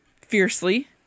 fiercely